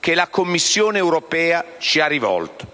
che la Commissione europea ci ha rivolto.